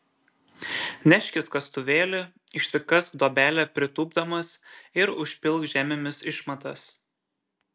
neškis kastuvėlį išsikask duobelę pritūpdamas ir užpilk žemėmis išmatas